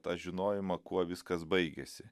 tą žinojimą kuo viskas baigėsi